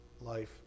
life